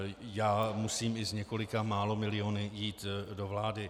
Já musím i s několika málo miliony jít do vlády.